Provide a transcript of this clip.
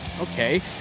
Okay